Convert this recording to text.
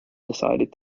decided